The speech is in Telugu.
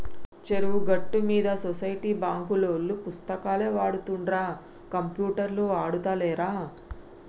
చెరువు గట్టు మీద సొసైటీ బాంకులోల్లు పుస్తకాలే వాడుతుండ్ర కంప్యూటర్లు ఆడుతాలేరా